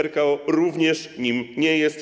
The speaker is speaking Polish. RKO również nim nie jest.